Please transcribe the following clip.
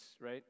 right